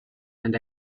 and